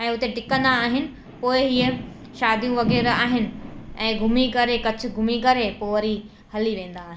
ऐं हुते टिकंदा आहिनि पोइ हीअ शादियूं वग़ैरह आहिनि ऐं घुमी करे कच्छ घुमी करे पोइ वरी हली वेंदा आहिनि